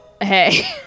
hey